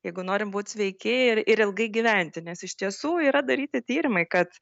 jeigu norim būt sveiki ir ir ilgai gyventi nes iš tiesų yra daryti tyrimai kad